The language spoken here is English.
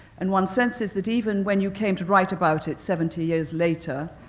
and one senses that even when you came to write about it seventy years later,